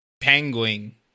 Penguin